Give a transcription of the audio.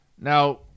now